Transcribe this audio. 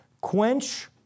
quench